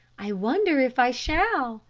i wonder if i shall,